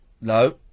No